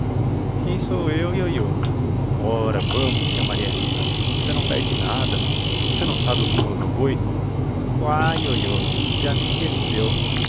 quem sou eu ioiô ora vamos tia maria rita você não perde nada você não sabe o bumba meu boi quá ioiô já mi esqueceu